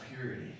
purity